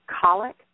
colic